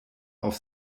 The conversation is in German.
auf